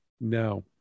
No